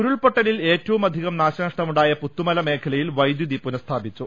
ഉരുൾപൊട്ടലിൽ ഏറ്റവുമധികം നാശനഷ്ടമുണ്ടായ പുത്തുമല മേഖലയിൽ വൈദ്യുതി പുനസ്ഥാപിച്ചു